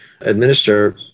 administer